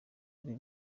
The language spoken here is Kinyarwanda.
ari